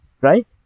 right